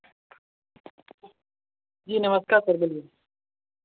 जी नमस्कार सर बोलिए